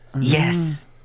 Yes